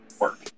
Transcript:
work